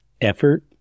effort